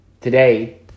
Today